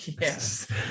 yes